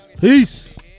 Peace